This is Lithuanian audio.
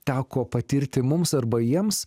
teko patirti mums arba jiems